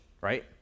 right